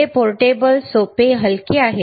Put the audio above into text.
हे पोर्टेबल सोपे हलके आहे